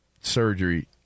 surgery